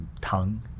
tongue